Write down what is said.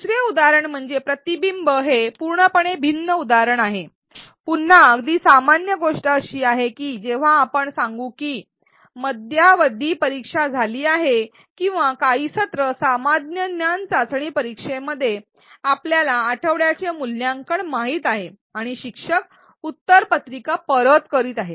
दुसरे उदाहरण म्हणजे प्रतिबिंब हे पूर्णपणे भिन्न उदाहरण आहे आणि पुन्हा अगदी सामान्य गोष्ट अशी आहे की जेव्हा आपण सांगू की मध्यावधी परीक्षा झाली आहे किंवा काही सत्र सामान्यज्ञान चाचणी परीक्षा आपल्याला आठवड्याचे काही मूल्यांकन माहित आहे आणि शिक्षक उत्तरपत्रिका परत करीत आहेत